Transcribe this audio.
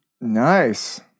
Nice